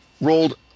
rolled